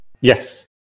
Yes